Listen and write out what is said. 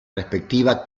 respectiva